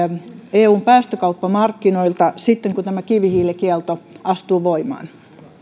eun päästökauppamarkkinoilta sitten kun tämä kivihiilikielto astuu voimaan